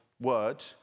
word